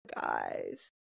guys